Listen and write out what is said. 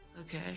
Okay